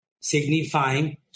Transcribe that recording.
signifying